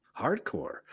Hardcore